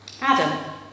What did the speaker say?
Adam